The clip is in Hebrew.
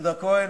וליהודה כהן,